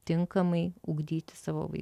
tinkamai ugdyti savo vaikų